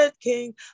king